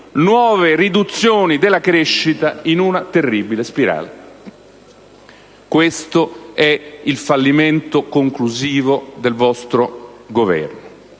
nuove riduzioni della crescita, in una terribile spirale. Questo è il fallimento conclusivo del vostro Governo.